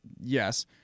Yes